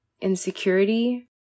insecurity